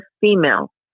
female